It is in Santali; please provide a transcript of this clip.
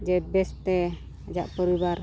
ᱡᱮ ᱵᱮᱥᱛᱮ ᱟᱡᱼᱟᱜ ᱯᱚᱨᱤᱵᱟᱨ